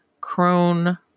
Crone